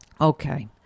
Okay